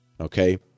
okay